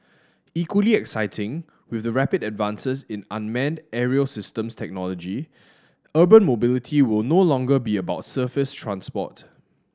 equally exciting with the rapid advances in unmanned aerial systems technology urban mobility will no longer be about surface transport